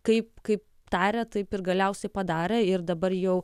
kaip kaip tarė taip ir galiausiai padarė ir dabar jau